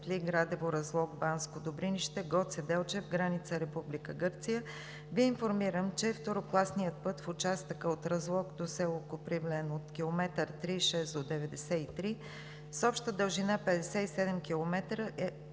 Ви информирам, че второкласният път в участъка от Разлог до село Копривлен от км 36 до 93, с обща дължина 57 км, е